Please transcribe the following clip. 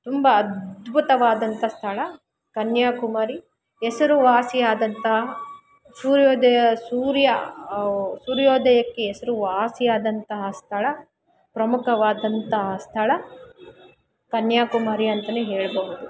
ತುಂಬ ಅದ್ಭುತವಾದಂಥ ಸ್ಥಳ ಕನ್ಯಾಕುಮಾರಿ ಹೆಸರುವಾಸಿಯಾದಂಥ ಸೂರ್ಯೋದಯ ಸೂರ್ಯ ಸೂರ್ಯೋದಯಕ್ಕೆ ಹೆಸರುವಾಸಿಯಾದಂತಹ ಸ್ಥಳ ಪ್ರಮುಖವಾದಂತಹ ಸ್ಥಳ ಕನ್ಯಾಕುಮಾರಿ ಅಂತ ಹೇಳಬಹುದು